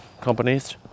companies